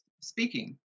speaking